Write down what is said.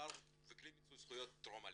מאוחר וכלי מיצוי זכויות טרום עליה.